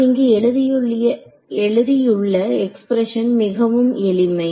நான் இங்கு எழுதியுள்ள எக்ஸ்பிரஷன் மிகவும் எளிமை